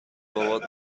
بابات